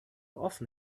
often